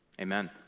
Amen